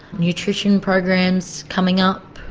nutrition programs coming up.